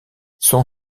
son